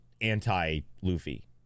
anti-luffy